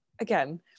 again